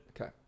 Okay